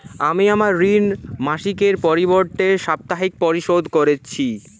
আমি আমার ঋণ মাসিকের পরিবর্তে সাপ্তাহিক পরিশোধ করছি